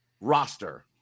roster